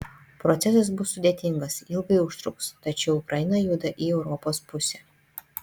procesas bus sudėtingas ilgai užtruks tačiau ukraina juda į europos pusę